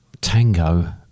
Tango